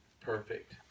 perfect